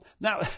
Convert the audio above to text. now